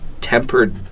tempered